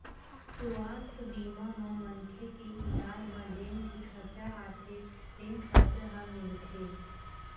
सुवास्थ बीमा म मनखे के इलाज म जेन भी खरचा आथे तेन खरचा ह मिलथे